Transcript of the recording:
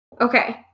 Okay